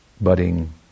budding